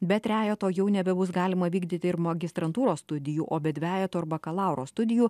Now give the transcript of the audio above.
be trejeto jau nebebus galima vykdyti ir magistrantūros studijų o be dvejeto ar bakalauro studijų